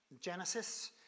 Genesis